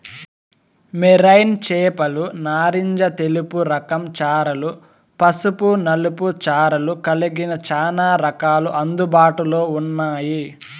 marine చేపలు నారింజ తెలుపు రకం చారలు, పసుపు నలుపు చారలు కలిగిన చానా రకాలు అందుబాటులో ఉన్నాయి